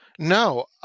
No